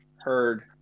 heard